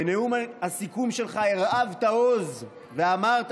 בנאום הסיכום שלך הרהבת עוז ואמרת